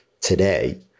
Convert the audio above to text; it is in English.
today